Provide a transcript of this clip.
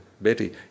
Betty